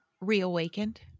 reawakened